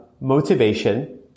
motivation